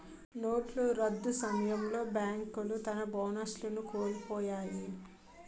నోట్ల రద్దు సమయంలో బేంకులు తన బోనస్లను కోలుపొయ్యాయి